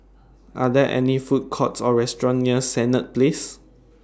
Are There Food Courts Or restaurants near Senett Place